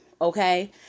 okay